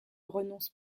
renonce